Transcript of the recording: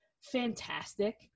fantastic